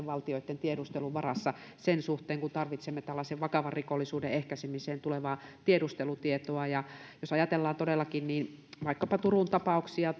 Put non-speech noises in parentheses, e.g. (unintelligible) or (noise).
(unintelligible) valtioitten tiedustelun varassa sen suhteen kun tarvitsemme tällaisen vakavan rikollisuuden ehkäisemiseen tulevaa tiedustelutietoa jos ajatellaan todellakin vaikkapa turun tapauksia (unintelligible)